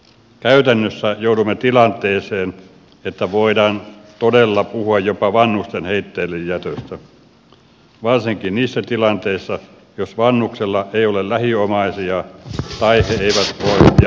käytännössä joudumme tilanteeseen että voidaan todella puhua jopa vanhusten heitteillejätöstä varsinkin niissä tilanteissa jos vanhuksella ei ole lähiomaisia tai he eivät voi jättää vanhusta